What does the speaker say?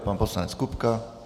Pan poslanec Kupka.